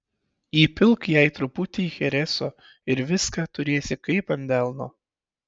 įpilk jai truputį chereso ir viską turėsi kaip ant delno